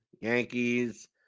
Yankees